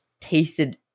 tasted